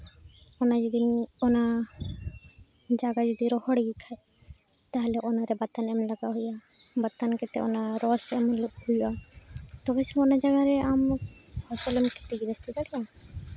ᱚᱱᱟ ᱡᱩᱫᱤᱢ ᱚᱱᱟ ᱡᱟᱭᱜᱟ ᱡᱩᱫᱤ ᱨᱚᱦᱚᱲ ᱜᱮᱠᱷᱟᱡ ᱛᱟᱦᱚᱞᱮ ᱚᱱᱟᱨᱮ ᱵᱟᱛᱟᱱ ᱮᱢ ᱞᱟᱜᱟᱣ ᱦᱩᱭᱩᱜᱼᱟ ᱵᱟᱛᱟᱱ ᱠᱟᱛᱮᱫ ᱚᱱᱟ ᱨᱚᱥ ᱮᱢ ᱦᱩᱭᱩᱜᱼᱟ ᱛᱚᱵᱮᱥᱮ ᱚᱱᱟ ᱡᱟᱭᱜᱟ ᱨᱮ ᱟᱢ ᱯᱷᱚᱥᱚᱞᱮᱢ ᱠᱷᱮᱛᱤ ᱫᱟᱲᱮᱭᱟᱜᱼᱟ